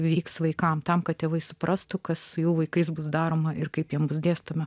vyks vaikams tam kad tėvai suprastų kas jų vaikais bus daroma ir kaip jiems bus dėstoma